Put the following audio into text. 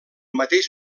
mateix